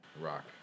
Rock